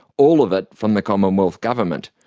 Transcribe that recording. all of it from the commonwealth government,